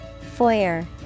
foyer